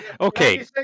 Okay